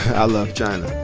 i love china